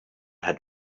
had